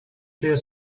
clear